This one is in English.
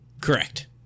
Correct